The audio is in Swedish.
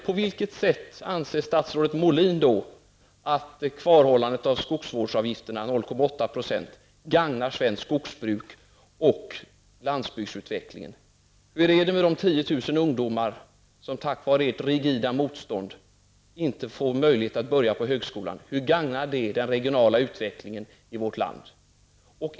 På vilket sätt anser då statsrådet Molin att kvarhållandet av skogsvårdsavgiften på 0,8 % gagnar svenskt skogsbruk och landsbygdsutvecklingen? Och hur är det med de 10 000 ungdomar som på grund av ert rigida motstånd inte får möjlighet att börja på högskolan? Hur gagnar det den regionala utvecklingen i vårt land?